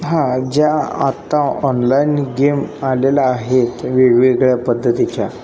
हां ज्या आत्ता ऑनलाइन गेम आलेल्या आहेत वेगवेगळ्या पद्धतीच्या